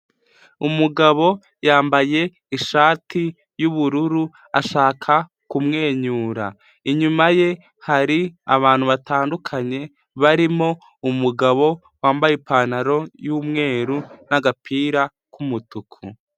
Umugabo yambaye ishati y'ubururu ashaka kumwenyura, inyuma ye hari abantu batandukanye barimo umugabo wambaye ipantaro y'umweru n'agapira k'umutuku